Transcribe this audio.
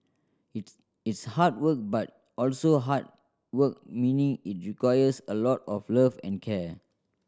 it's it's hard work but also heart work meaning it requires a lot of love and care